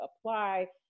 apply